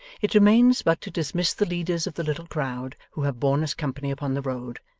it remains but to dismiss the leaders of the little crowd who have borne us company upon the road,